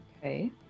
Okay